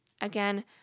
Again